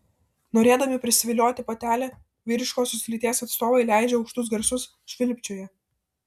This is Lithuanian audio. norėdami prisivilioti patelę vyriškosios lyties atstovai leidžia aukštus garsus švilpčioja